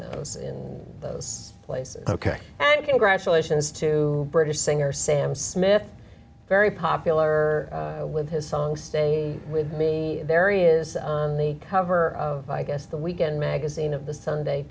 those in those places ok and congratulations to british singer sam smith very popular with his song stay with me there he is on the cover of i guess the weekend magazine of the sunday